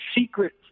secret